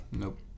Nope